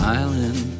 island